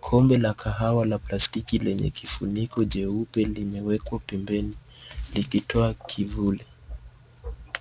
Kombe la kahawa la plastiki lenye kifuniko jeupe limewekwa pembeni likitoa kivuli.